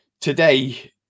today